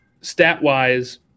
Stat-wise